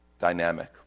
dynamic